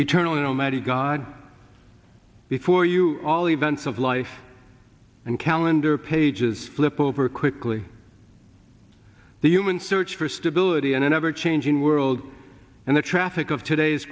eternally nomadic god before you all the events of life and calendar pages flip over quickly the human search for stability in an ever changing world and the traffic of today's